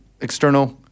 external